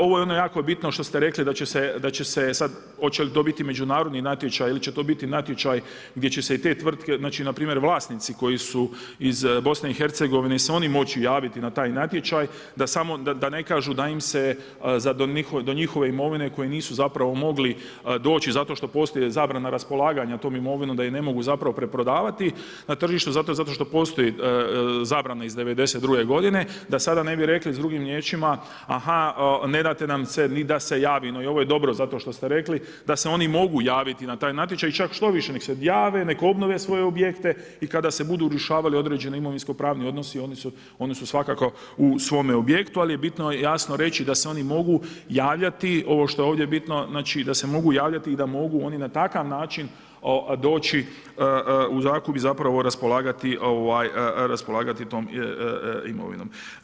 Ovo je ono jako bitno što ste rekli da će se, sad hoće li to biti međunarodni natječaj ili će to biti natječaj gdje će se i te tvrtke znači, npr. vlasnici koji su iz BiH hoće li se oni moći javiti na taj natječaj, da samo da ne kažu da im se za do njihove imovine koje nisu zapravo mogli doći zato što postoji zabrana raspolaganja tom imovinom, da je ne mogu zapravo preprodavati na tržištu, zato što postoji zabrana iz '92. godine, da sada ne bi rekli drugim riječima, aha, ne date nam ni da se javimo i ovo je dobro zato što ste rekli da se oni mogu javiti na taj natječaj, čak štoviše, nek se jave, nek obnove svoje objekte i kada se budu rješavali određeni imovinsko-pravni odnosi, oni su svakako u svome objektu, ali je bitno jasno reći da se oni mogu javljati, ovo što je ovdje bitno, znači da se mogu javljati i da mogu oni na takav način doći u zakup i zapravo raspolagati tom imovinom.